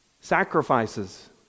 Sacrifices